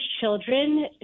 children